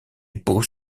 beaux